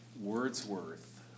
Wordsworth